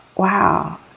Wow